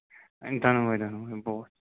دۅن ؤرۍیَن ہُنٛد بوتھ